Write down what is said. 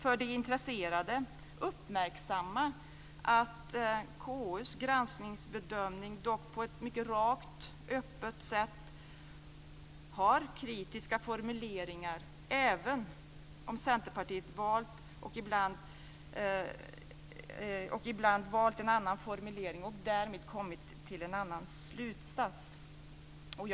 För de intresserade vill jag uppmärksamma att KU:s granskningsbedömning på ett mycket rakt och öppet sätt har kritiska formuleringar även om Centerpartiet ibland har kommit till en annan slutsats och därmed valt en annan formulering.